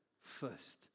first